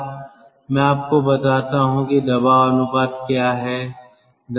मैं आपको बताता हूं कि दबाव अनुपात क्या है